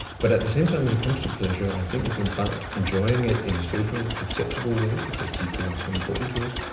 but at the same time, when it comes to pleasure i think it's about enjoying it in a socially acceptable way, because people are so important to us,